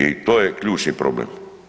I to je ključni problem.